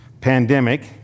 pandemic